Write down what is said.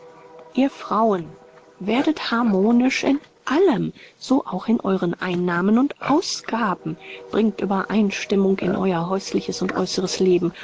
ihr frauen werdet harmonisch in allem so auch in eueren einnahmen und ausgaben bringt uebereinstimmung in euer häusliches und äußeres leben